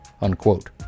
unquote